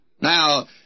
Now